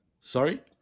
Sorry